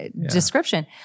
description